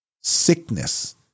Sickness